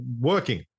working